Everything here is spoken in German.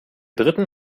dritten